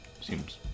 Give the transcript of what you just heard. Seems